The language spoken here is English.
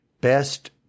best